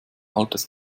altes